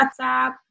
WhatsApp